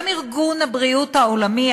גם ארגון הבריאות העולמי,